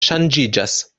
ŝanĝiĝas